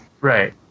Right